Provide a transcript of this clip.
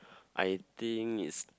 I think it's